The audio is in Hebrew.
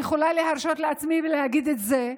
אני יכולה להרשות לעצמי להגיד את זה: